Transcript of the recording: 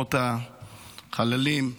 משפחות החללים,